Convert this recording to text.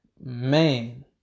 man